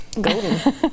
golden